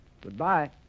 goodbye